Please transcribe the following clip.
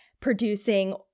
producing